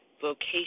vocation